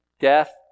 death